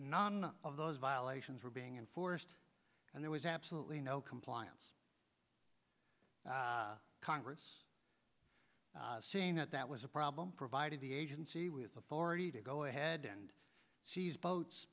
not of those violations were being enforced and there was absolutely no compliance congress saying that that was a problem provided the agency with authority to go ahead and she's boats